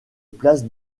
place